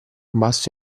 basso